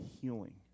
healing